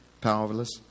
powerless